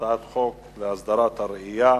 להסדרת הרעייה